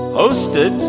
hosted